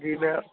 جی میں